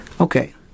Okay